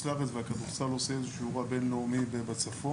לארץ והכדורסל עושה איזשהו אירוע בין-לאומי בצפון,